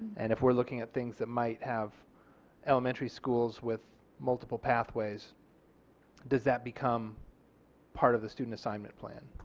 and if we are looking at things that might have elementary schools with multiple pathways does that become part of the student assignment plan?